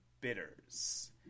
bitters